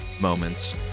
moments